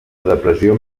depressió